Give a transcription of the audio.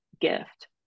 gift